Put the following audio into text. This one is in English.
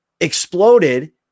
exploded